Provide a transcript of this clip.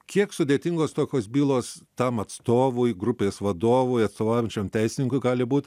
kiek sudėtingos tokios bylos tam atstovui grupės vadovui atstovaujančiam teisininkui gali būt